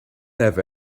have